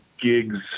gigs